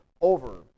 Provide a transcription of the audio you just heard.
over